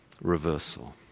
reversal